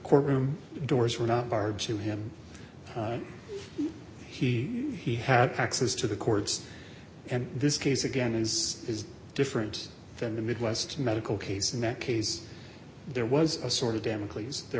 courtroom doors were not barred she won him he he had access to the courts and this case again is different than the midwest medical case in that case there was a sort of damocles there